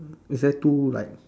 is there two like